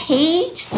Page